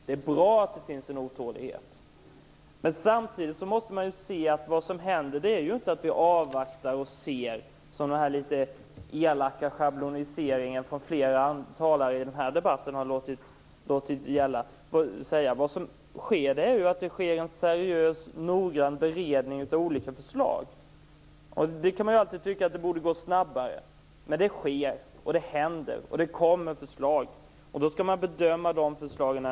Det är bra att det finns en otålighet, men samtidigt måste man inse att vi inte bara avvaktar och ser, som den litet elaka schabloniseringen från flera talare i den här debatten har låtit göra gällande. Det sker en seriös och noggrann beredning av olika förslag. Man kan ju alltid tycka att det borde gå snabbare, men det sker, och det kommer förslag. Dessa förslag skall bedömas när de kommer.